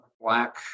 black